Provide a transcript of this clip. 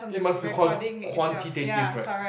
it must be quali~ quantitative right